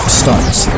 starts